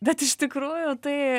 bet iš tikrųjų tai